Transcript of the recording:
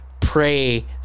pray